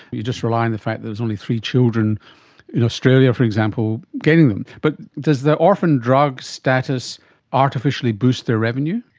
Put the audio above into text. you just rely on the fact that there's only three children in australia, for example, getting them. but does the orphan drug status artificially boost the revenue?